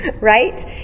Right